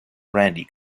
brandy